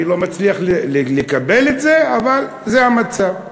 אני לא מצליח לקבל את זה, אבל זה המצב.